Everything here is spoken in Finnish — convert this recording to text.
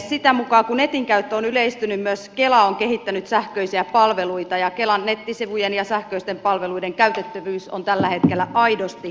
sitä mukaa kuin netin käyttö on yleistynyt myös kela on kehittänyt sähköisiä palveluita ja kelan nettisivujen ja sähköisten palveluiden käytettävyys on tällä hetkellä aidosti hyvä